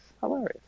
Hilarious